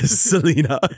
Selena